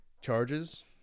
charges